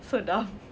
so dumb